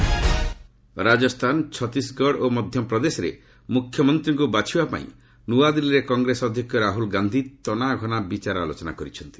ଡେଲେଙ୍ଗାନା ରାଜସ୍ଥାନ ଛତିଶଗଡ଼ ଓ ମଧ୍ୟପ୍ରଦେଶରେ ମୁଖ୍ୟମନ୍ତ୍ରୀଙ୍କୁ ବାଛିବା ପାଇଁ ନ୍ତଆଦିଲ୍ଲୀରେ କଂଗ୍ରେସ ଅଧ୍ୟକ୍ଷ ରାହୁଳ ଗାନ୍ଧି ତନାଘନା ଆଲୋଚନା କରିଛନ୍ତି